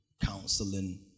counseling